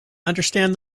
understand